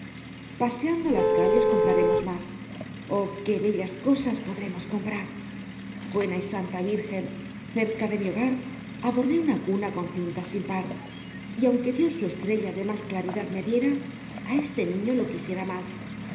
paseando las calles compraremos mas oh qué bellas cosas vamos á comprar buena y santa virgen cerca de mi hogar adorné una cuna con cintas sin par y aunque dios su estrella de mas claridad me diera á este niño lo quisiera mas